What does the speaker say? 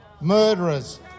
murderers